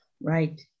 Right